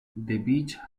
beach